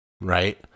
right